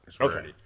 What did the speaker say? Okay